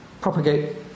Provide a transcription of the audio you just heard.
propagate